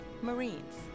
Marines